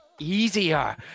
easier